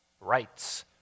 rights